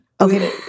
Okay